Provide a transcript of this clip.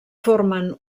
formen